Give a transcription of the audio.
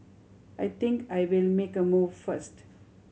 I think I'll make a move first